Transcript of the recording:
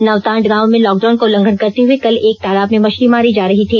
नवतांड गांव में लॉकडाउन का उल्लंघन करते हुए कल एक तालाब में मछली मारी जा रही थी